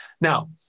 Now